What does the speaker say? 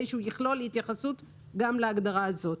כדי שהוא יכלול התייחסות גם להגדרה הזאת.